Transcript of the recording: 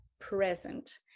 present